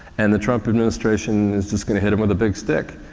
and the trump administration is just going to hit them with a big stick.